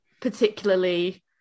particularly